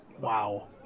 wow